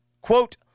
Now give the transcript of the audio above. quote